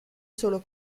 solo